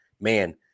Man